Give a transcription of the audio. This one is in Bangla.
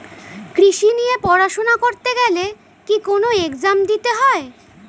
কৃষি নিয়ে পড়াশোনা করতে গেলে কি কোন এগজাম দিতে হয়?